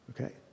Okay